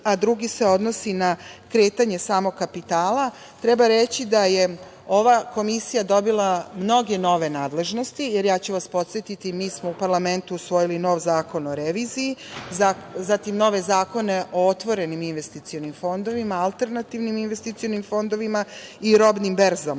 a drugi se odnosi na kretanje samog kapitala. Treba reći da je ova Komisija dobila mnoge nove nadležnosti, jer podsetiću vas, mi smo u parlamentu usvojili nov Zakon o reviziji, zatim nove zakone o otvorenim investicionim fondovima, alternativnim investicionim fondovima i robnim berzama.